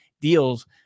deals